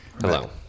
Hello